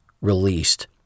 released